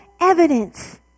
evidence